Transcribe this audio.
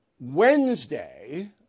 Wednesday